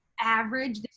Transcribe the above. average